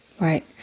Right